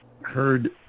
heard